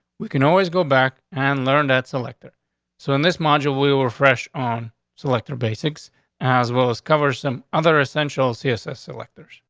we can always go back and learn that selector so in this module we were fresh on selector basics as well. let's cover some other essential css electors.